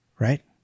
right